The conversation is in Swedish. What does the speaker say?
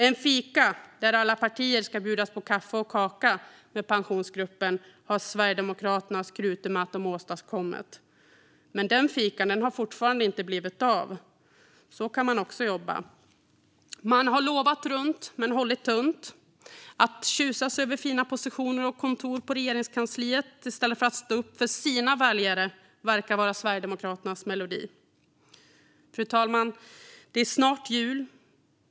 En fikastund där alla partier ska bjudas på kaffe och kaka med Pensionsgruppen har Sverigedemokraterna skrutit med att de åstadkommit, men det fikat har fortfarande inte blivit av. Så kan man också jobba. Man har lovat runt men hållit tunt. Att tjusas över fina positioner och kontor på Regeringskansliet i stället för att stå upp för sina väljare verkar vara Sverigedemokraternas melodi. Fru talman! Det är snart jul.